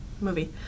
Movie